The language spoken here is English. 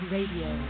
Radio